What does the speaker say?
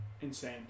insane